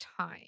time